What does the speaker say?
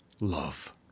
love